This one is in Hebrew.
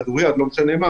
כדור-יד או לא משנה מה